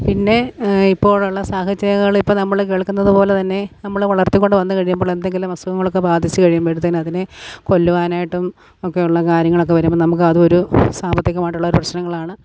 പിന്നെ ഇപ്പോഴുള്ള സാഹചര്യങ്ങൾ ഇപ്പോൾ നമ്മൾ കേൾക്കുന്നത് പോലെ തന്നെ നമ്മൾ വളർത്തിക്കൊണ്ട് വന്ന് കഴിയുമ്പോൾ എന്തെങ്കിലും അസുഖങ്ങളൊക്കെ ബാധിച്ച് കഴിയുമ്പോഴത്തേന് അതിനെ കൊല്ലുവാനായിട്ടും ഒക്കെയുള്ള കാര്യങ്ങളൊക്കെ വരുമ്പം നമുക്ക് അത് ഒരു സാമ്പത്തികമായിട്ടുള്ള പ്രശ്നങ്ങളാണ്